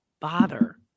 bother